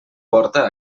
porta